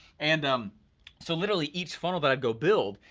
and um so literally each funnel that i'd go build,